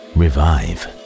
revive